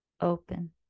open